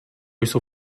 jsou